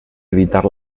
evitar